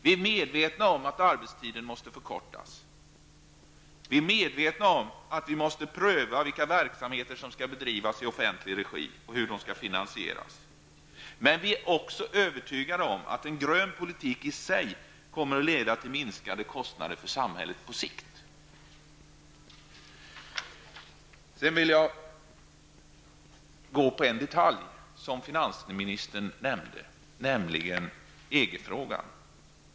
Vi är medvetna om att arbetstiden måste förkortas. Vi är medvetna om att vi måste pröva vilka verksamheter som skall bedrivas i offentlig regi och hur de skall finansieras. Men vi är också övertygade om att en grön politik i sig på sikt kommer att leda till minskade kostnader för samhället. Jag vill sedan ta upp en detalj som finansministern nämnde, nämligen EG-frågan.